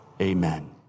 amen